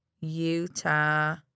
Utah